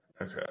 Okay